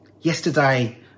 Yesterday